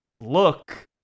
look